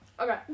Okay